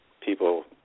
people